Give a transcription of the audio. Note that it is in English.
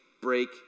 break